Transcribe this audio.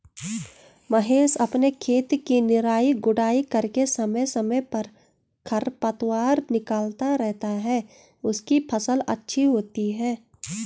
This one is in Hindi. महेश अपने खेत की निराई गुड़ाई करके समय समय पर खरपतवार निकलता रहता है उसकी फसल अच्छी होती है